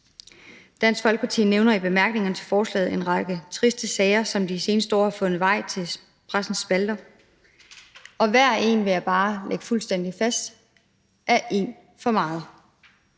Dansk Folkeparti nævner i bemærkningerne til forslaget en række triste sager, som de seneste år har fundet vej til pressens spalter, og hver og en – det vil jeg bare slå helt fast – er en for meget.